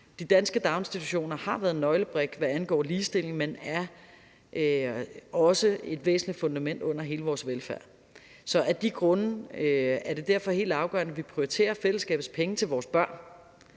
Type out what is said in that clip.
De danske daginstitutioner har været en nøglebrik, hvad angår ligestilling, men er også et væsentligt fundament under hele vores velfærd. Så af de grunde er det helt afgørende, at vi prioriterer fællesskabets penge til vores børn.